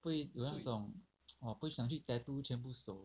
不会有那种 不会想去 tattoo 全部手